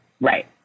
Right